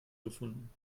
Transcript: gefunden